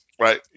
right